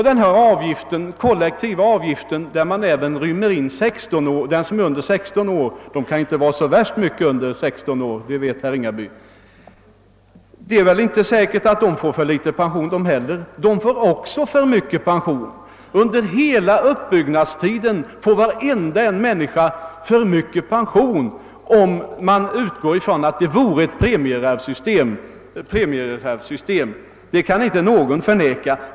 De personer under 16 år, för vilka kollektiv avgift betalas — de kan inte vara så värst mycket yngre än 16 år, det vet herr Ringaby — får inte heller ut för liten pension; de får för stor pension. Under hela uppbyggnadstiden får varje människa för stor pension, om man utgår från ett premiereservsystem, det kan ingen förneka.